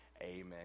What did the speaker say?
Amen